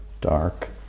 dark